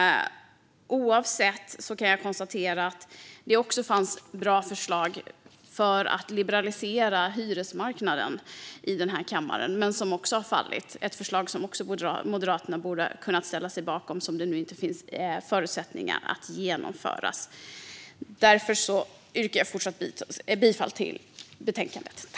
Oavsett det kan jag konstatera att det också fanns bra förslag i den här kammaren för att liberalisera hyresmarknaden men som också har fallit. Det är ett förslag som Moderaterna borde ha kunnat ställa sig bakom men som det nu inte finns förutsättningar att genomföra. Jag yrkar därför bifall till utskottets förslag i betänkandet.